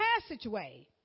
passageway